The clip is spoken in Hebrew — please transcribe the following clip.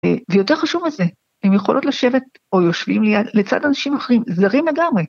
ויותר חשוב מזה, הם יכולות לשבת או יושבים לצד אנשים אחרים, זרים לגמרי.